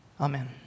Amen